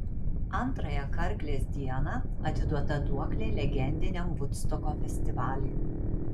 antrąją karklės dieną atiduota duoklė legendiniam vudstoko festivaliui